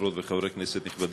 חברות וחברי כנסת נכבדים,